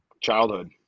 childhood